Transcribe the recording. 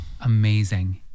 Amazing